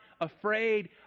afraid